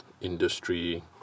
industry